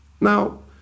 Now